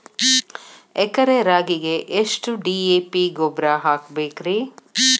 ಎಕರೆ ರಾಗಿಗೆ ಎಷ್ಟು ಡಿ.ಎ.ಪಿ ಗೊಬ್ರಾ ಹಾಕಬೇಕ್ರಿ?